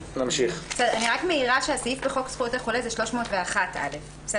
אני מעירה שהסעיף בחוק זכויות החולה הוא 301א ואל